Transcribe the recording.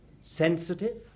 sensitive